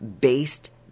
based